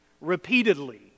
repeatedly